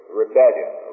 rebellion